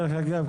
דרך אגב,